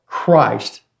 Christ